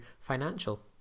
financial